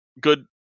good